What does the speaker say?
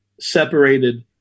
separated